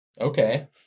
Okay